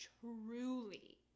truly